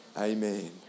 Amen